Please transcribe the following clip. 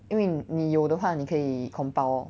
因为你有的话你可以 compile